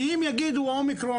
כי אם יגידו שהכל אומיקרון,